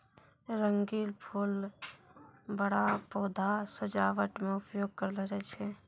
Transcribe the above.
रंगीन फूल बड़ा पौधा सजावट मे उपयोग करलो जाय छै